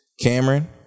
Cameron